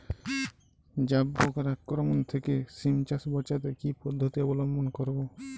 জাব পোকার আক্রমণ থেকে সিম চাষ বাচাতে কি পদ্ধতি অবলম্বন করব?